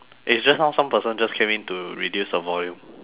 eh just now some person just came in to reduce the volume